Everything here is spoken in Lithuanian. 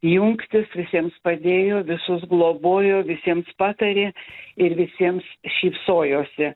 jungtis visiems padėjo visus globojo visiems patarė ir visiems šypsojosi